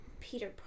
Peter